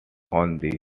staircase